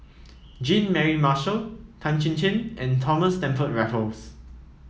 Jean Mary Marshall Tan Chin Chin and Thomas Stamford Raffles